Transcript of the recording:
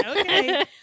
okay